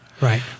Right